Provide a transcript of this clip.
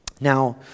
Now